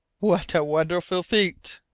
what a wonderful feat!